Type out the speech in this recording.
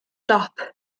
dop